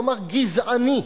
אחריותכם, בדיוק בשביל זה נבחרתם.